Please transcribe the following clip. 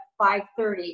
5.30